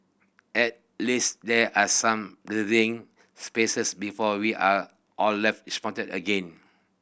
at least there are some breathing spaces before we are all left disappointed again